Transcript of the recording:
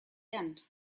end